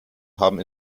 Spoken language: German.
haben